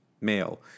male